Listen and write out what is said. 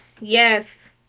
Yes